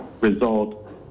result